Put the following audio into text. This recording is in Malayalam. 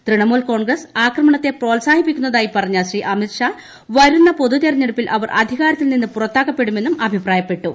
ത്രിണമൂൽ കോൺഗ്രസ് ആക്രമണത്തെ പ്രോത്സാഹിപ്പിക്കുന്നതായി പറഞ്ഞ ശ്രീ അമിത് ഷാ വരുന്ന പൊതുതെരഞ്ഞെടുപ്പിൽ അവർ അധികാരത്തിൽ നിന്ന് പുറത്താക്കപ്പെടുമെന്നും അഭിപ്രായപ്പെട്ടു